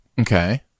Okay